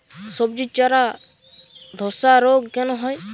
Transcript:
সবজির চারা ধ্বসা রোগ কেন হয়?